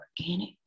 organic